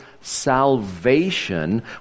salvation